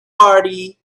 party